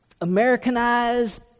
Americanized